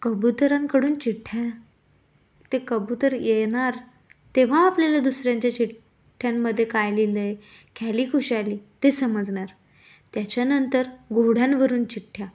कबुतरांकडून चिठ्ठ्या ते कबूतर येनार तेव्हा आपल्याला दुसऱ्यांच्या चिठ्ठ्यांमधे काय लिहिलं आहे ख्यालीखुशाली ते समजणार त्याच्यानंतर घोड्यांवरून चिठ्ठ्या